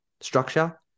structure